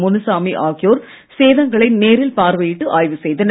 முனுசாமி ஆகியோர் சேதங்களை நேரில் பார்வையிட்டு ஆய்வு செய்தனர்